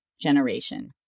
generation